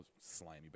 slimy